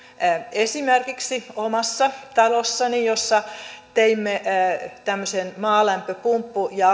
esimerkiksi omassa talossani jossa teimme tämmöisen maalämpöpumppu ja